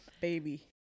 baby